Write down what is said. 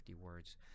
words